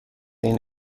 این